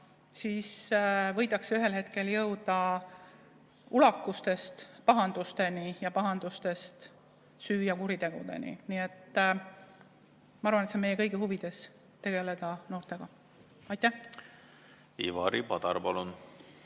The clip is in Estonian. siis võidakse ühel hetkel jõuda ulakustest pahandusteni ja pahandustest süü‑ ja kuritegudeni. Nii et ma arvan, et on meie kõigi huvides tegeleda noortega. Aitäh! Siin on